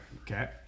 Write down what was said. Okay